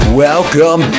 welcome